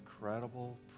incredible